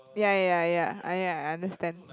ya ya ya ah ya I understand